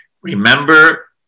Remember